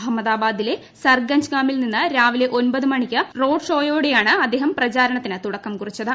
അഹമ്മാദാബാദിലെ സർഗഞ്ച് ഗാമിൽ നിന്ന് രാവിലെ ഒൻപത് മണിക്ക് റോഡ് ഷോയോടെയാണ് അദ്ദേഹം പ്രചരണത്തിന് തുടക്കം കുറിച്ചത്